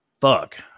fuck